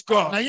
God